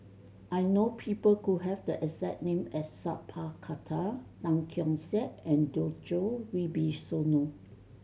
I know people who have the exact name as Sat Pal Khattar Tan Keong Saik and Djoko Wibisono